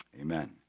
amen